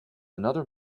another